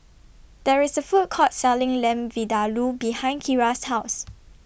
There IS A Food Court Selling Lamb Vindaloo behind Kira's House